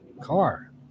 car